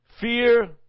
fear